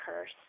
curse